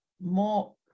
more